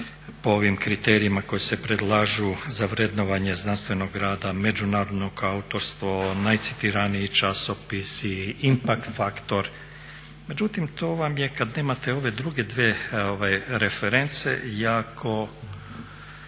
po ovim kriterijima koji se predlažu za vrednovanje znanstvenog rada, međunarodnog autorstva, najcitiranije časopise, inpakt faktor, međutim to vam je kad nemate ove druge dvije reference jako